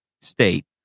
State